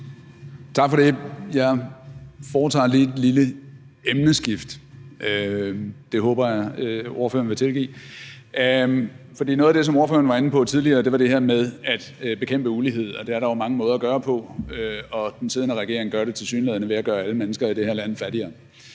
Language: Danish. Tak for det. Jeg foretager lige et lille emneskift – det håber jeg ordføreren vil tilgive – for noget af det, som ordføreren var inde på tidligere, var det her med at bekæmpe ulighed, og det er der jo mange måder at gøre på, og den siddende regering gør det tilsyneladende ved at gøre alle mennesker i det her land fattigere.